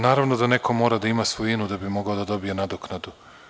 Naravno da neko mora da ima svojinu da bi mogao da dobije nadoknadu.